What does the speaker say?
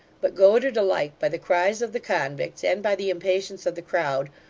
but goaded alike by the cries of the convicts, and by the impatience of the crowd,